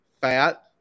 Fat